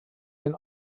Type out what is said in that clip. den